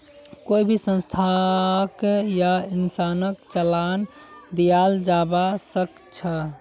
कोई भी संस्थाक या इंसानक चालान दियाल जबा सख छ